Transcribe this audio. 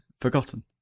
forgotten